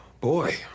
Boy